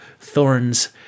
thorns